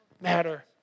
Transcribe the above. matter